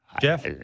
Jeff